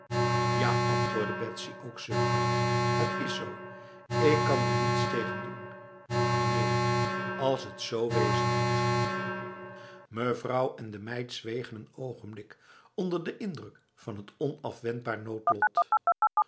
ja antwoordde betsy ook zuchtend het is zo ik kan er niets tegen doen neenb als het zo wezen moet mevrouw en de meid zwegen een ogenblik onder de indruk van het onafwendbaar noodlot